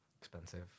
Expensive